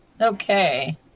Okay